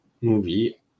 movie